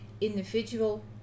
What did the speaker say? Individual